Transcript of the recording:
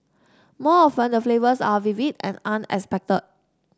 more often the flavours are vivid and unexpected